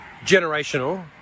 generational